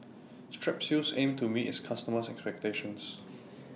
Strepsils Aim to meet its customers' expectations